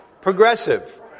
Progressive